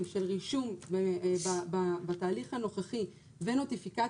של רישום בתהליך הנוכחי ובנוטיפיקציה,